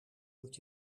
moet